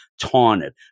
taunted